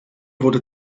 wurde